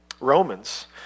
Romans